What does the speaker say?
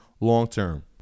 long-term